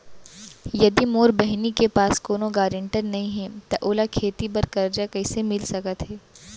यदि मोर बहिनी के पास कोनो गरेंटेटर नई हे त ओला खेती बर कर्जा कईसे मिल सकत हे?